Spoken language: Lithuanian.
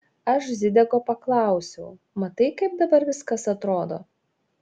aš zideko paklausiau matai kaip dabar viskas atrodo